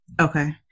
Okay